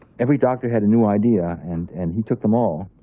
every doctor had a new idea, and and he took them all,